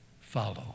follow